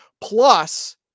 plus